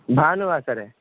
भानुवासरे